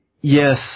Yes